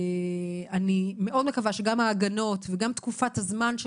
אני מאוד מקווה שגם ההגנות וגם תקופת הזמן של